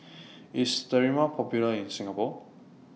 IS Sterimar Popular in Singapore